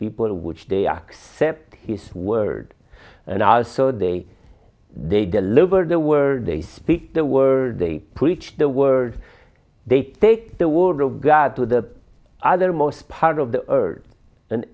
people which they accept his word and are so they they deliver the word they speak the word they preach the word they take the word of god to the other most part of the